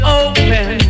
open